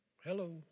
Hello